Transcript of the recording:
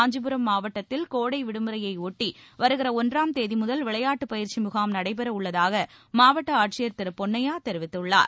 காஞ்சிபுரம் மாவட்டத்தில் கோடை விடுமுறையை ஒட்டி வருகிற ஒன்றாம் தேதி முதல் விளையாட்டு பயிற்சி முகாம் நடைபெற உள்ளதாக மாவட்ட ஆட்சியர் திரு பொன்னையா தெரிவித்துள்ளார்